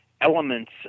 elements